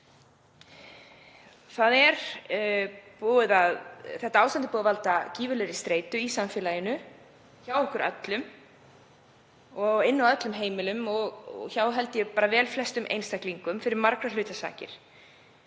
Þetta ástand hefur valdið gífurlegri streitu í samfélaginu, hjá okkur öllum og inni á öllum heimilum og ég held bara hjá vel flestum einstaklingum fyrir margra hluta sakir.